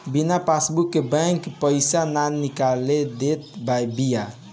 बिना पासबुक के बैंक पईसा ना निकाले देत बिया